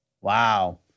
Wow